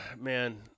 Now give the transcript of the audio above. man